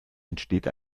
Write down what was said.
entsteht